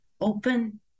open